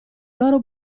loro